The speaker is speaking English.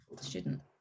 student